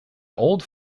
old